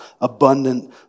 abundant